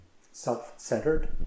self-centered